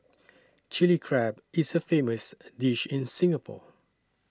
Chilli Crab is a famous a dish in Singapore